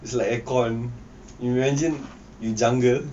it's like aircon imagine in jungle